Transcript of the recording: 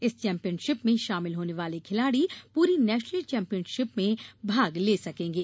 इस चैम्पियनशिप में शामिल होने वाले खिलाड़ी पूरी नेशनल चैम्पियनशिप में भाग ले सकेंगे